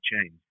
change